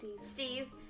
Steve